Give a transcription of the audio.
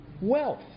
Wealth